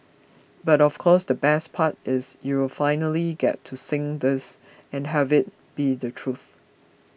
but of course the best part is you'll finally get to sing this and have it be the truth